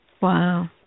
Wow